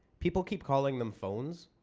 people keep calling them phones